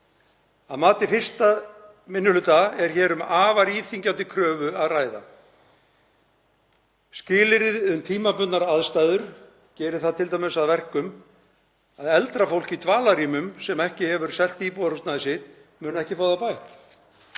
Að mati 1. minni hluta er hér um afar íþyngjandi kröfu að ræða. Skilyrðið um tímabundnar aðstæður gerir það til dæmis að verkum að eldra fólk í dvalarrýmum sem ekki hefur selt íbúðarhúsnæði sitt mun ekki fá það bætt,